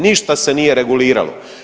Ništa se nije reguliralo.